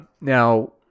Now